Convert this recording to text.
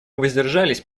воздержались